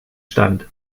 stand